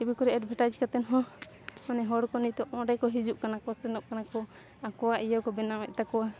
TV ᱠᱚᱨᱮ advertise ᱠᱟᱛᱮᱫ ᱦᱚᱸ ᱢᱟᱱᱮ ᱦᱚᱲ ᱠᱚ ᱱᱤᱛᱚᱜ ᱚᱸᱰᱮ ᱠᱚ ᱦᱤᱡᱩᱜ ᱠᱟᱱᱟ ᱠᱚ ᱥᱮᱱᱚᱜ ᱠᱟᱱᱟ ᱠᱚ ᱟᱠᱚᱣᱟᱜ ᱤᱭᱟᱹ ᱠᱚ ᱵᱮᱱᱟᱣᱮᱫ ᱛᱟᱠᱚᱣᱟ